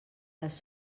les